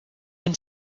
been